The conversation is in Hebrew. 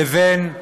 לבין המדינה.